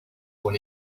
when